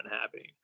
happening